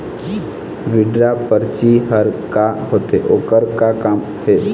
Withdraw परची हर का होते, ओकर का काम हे?